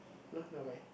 no not mine